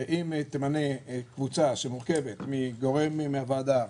שאם תמנה קבוצה שמורכבת מגורם מהוועדה,